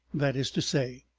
that is to say.